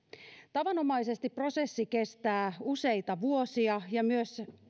tavanomaisesti prosessi kestää useita vuosia ja myös